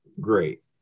great